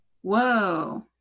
Whoa